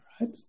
right